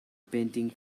painting